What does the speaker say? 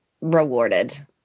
rewarded